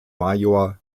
major